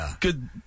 good